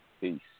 Peace